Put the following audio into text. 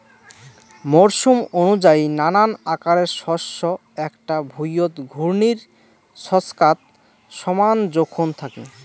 মরসুম অনুযায়ী নানান আকারের শস্য এ্যাকটা ভুঁইয়ত ঘূর্ণির ছচকাত সমান জোখন থাকি